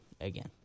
again